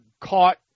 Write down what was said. caught